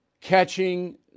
catching